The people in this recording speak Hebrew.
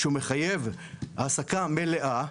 שמחייב העסקה מלאה.